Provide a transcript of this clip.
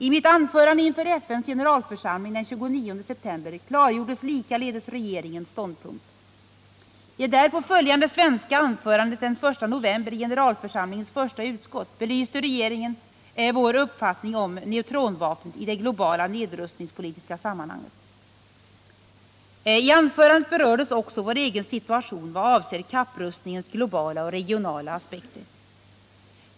I mitt anförande inför FN:s generalförsamling den 29 september klargjordes likaledes regeringens ståndpunkt. församlingens första utskott belyste regeringen vår uppfattning om neutronvapnet i det globala nedrustningspolitiska sammanhanget. I anförandet berördes också vår egen situation vad avser kapprustningens globala och regionala aspekter.